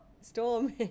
storm